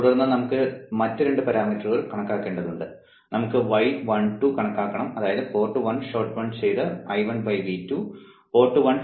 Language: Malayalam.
തുടർന്ന് നമുക്ക് മറ്റ് 2 പാരാമീറ്ററുകൾ കണക്കാക്കേണ്ടതുണ്ട് നമുക്ക് y12 കണക്കാക്കണം അതായത് പോർട്ട് 1 ഷോർട്ട് ചെയ്ത I1 V2 പോർട്ട് 1 ഷോർട്ട് ചെയ്ത I2 V2 എന്നിവ